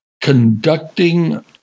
conducting